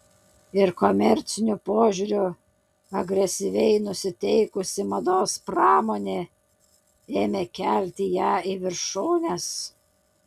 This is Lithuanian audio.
ir komerciniu požiūriu agresyviai nusiteikusi mados pramonė ėmė kelti ją į viršūnes